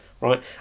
right